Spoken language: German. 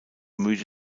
müde